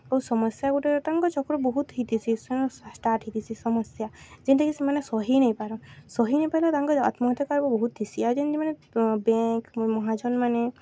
ଆଉ ସମସ୍ୟା ଗୁଟେ ତାଙ୍କ ଚକ୍ରର ବହୁତ୍ ହେଇଥିସି ସେନୁ ଷ୍ଟାର୍ଟ୍ ହେଇଥିସି ସମସ୍ୟା ଯେନ୍ଟାକି ସେମାନେ ସହି ନେଇପାରନ୍ ସହି ନେଇପାର୍ଲେ ତାଙ୍କ ଆତ୍ମହତ୍ୟାର କାରଣ୍ ବହୁତ୍ ଥିସି ଆଉ ଯେନ୍ ମାନେ ବ୍ୟାଙ୍କ୍ ମହାଜନ୍ମାନେ